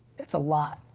it's a lot.